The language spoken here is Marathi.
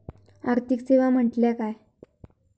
आर्थिक सेवा म्हटल्या काय?